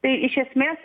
tai iš esmės